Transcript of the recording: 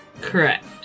Correct